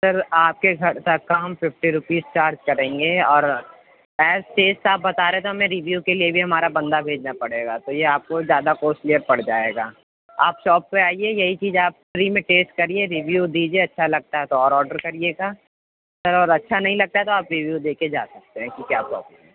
سر آپ کے گھر تک کا ہم ففٹی روپیز چارج کریں گے اور ایز سیلس آپ بتا رہے تو ہم نے ریویو کے لیے ہمارہ بندہ بھیجنا پڑے گا تو یہ آپ کو زیادہ کوسٹلی پڑ جائے گا آپ شاپ پہ آئیے یہی چیز آپ فری میں ٹیسٹ کریے ریویو دیجیے اچھا لگتا ہے تو اور آرڈر کریے گا سر اور اچھا نہیں لگتا تو آپ ریویو دے کے جا سکتے ہیں کیوں کہ آپ